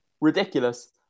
ridiculous